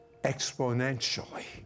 exponentially